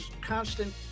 constant